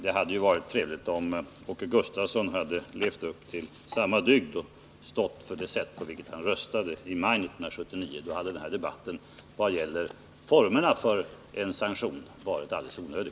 Det hade varit trevligt om Åke Gustavsson levt upp till samma dygd och stått för det sätt på vilket han röstade i maj 1979. Då hade den här debatten om formerna för en sanktion varit alldeles onödig.